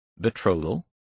betrothal